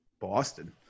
Boston